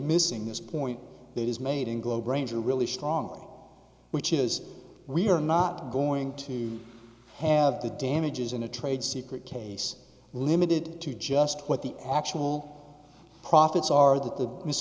missing this point that is made in globe ranging really strong which is we're not going to have the damages in a trade secret case limited to just what the actual profits are that th